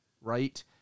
Right